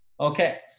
Okay